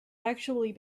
actually